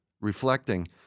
reflecting